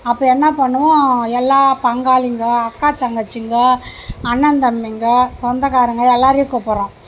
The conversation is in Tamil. அப்போ என்னா பண்ணுவோம் எல்லா பங்காளிங்கள் அக்கா தங்கச்சிங்க அண்ணன் தம்பிங்க சொந்தக்காரங்க எல்லாேரையும் கூப்பிடுறோம்